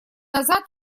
назад